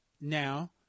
now